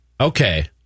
Okay